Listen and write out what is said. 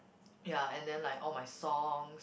ya and then like all my songs